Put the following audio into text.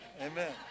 amen